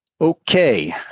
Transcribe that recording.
okay